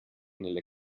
nelle